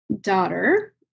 daughter